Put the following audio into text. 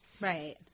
Right